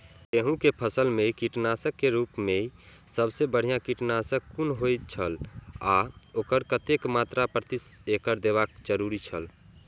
गेहूं के फसल मेय कीटनाशक के रुप मेय सबसे बढ़िया कीटनाशक कुन होए छल आ ओकर कतेक मात्रा प्रति एकड़ देबाक जरुरी छल?